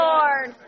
Lord